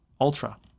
Ultra